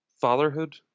fatherhood